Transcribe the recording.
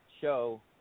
show